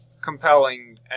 compelling